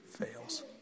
fails